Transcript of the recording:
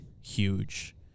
huge